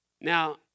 Now